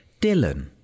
Dylan